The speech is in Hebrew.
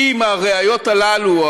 אם הראיות הללו,